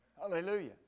Hallelujah